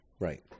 Right